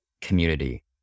community